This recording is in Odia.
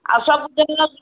ଆଉ ସବୁଦିନ